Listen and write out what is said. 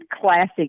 classic